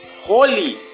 holy